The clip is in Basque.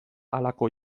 halako